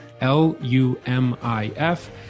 L-U-M-I-F